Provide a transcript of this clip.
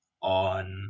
on